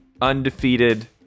undefeated